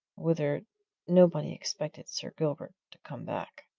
whither nobody expected sir gilbert to come back.